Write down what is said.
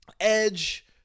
edge